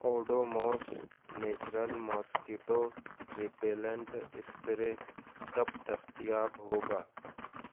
Odomos natural mosquito repellent spray کب دستیاب ہوگا